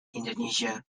indonesia